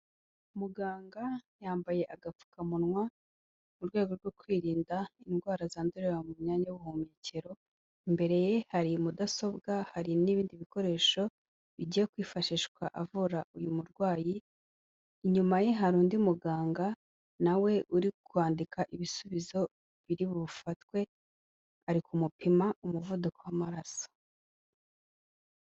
Muganga yambaye agapfukamunwa mu rwego rwo kwirinda indwara zandurira mu myanya y'ubuhumekero, imbere ye hari mudasobwa hari n'ibindi bikoresho bigiye kwifashishwa avura uyu murwayi. Inyuma ye hari undi muganga na we uri kwandika ibisubizo biri bufatwe, ari kumupima umuvuduko w'amaraso.